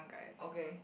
okay